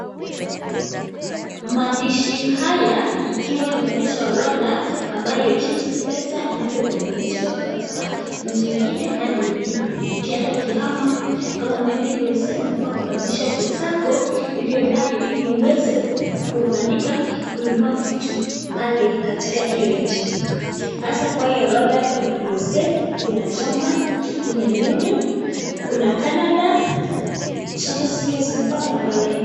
Maaandishi haya yako kwa orodha ambayo inabadilishwa kutoka njia ingine Hadi njia ingine ukienda ukihama ,kama umeeenda USA unafaaa kubadilisha pesa yako ndio uweze kukubalika kununua vitu katika hiyo nchi . Hasa kwa hii orodha Kuna USA, Kuna Germany , Kuna Canada, zote zikiwa zimepangwa kwenye laini.